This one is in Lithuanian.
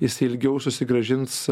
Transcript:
jis ilgiau susigrąžins